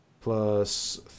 Plus